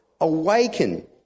awaken